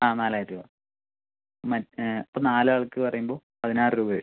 ആ നാലായിരം രൂപ മറ്റേ ഇപ്പോൾ നാല് ആൾക്ക് പറയുമ്പോൾ പതിനാറ് രൂപ വരും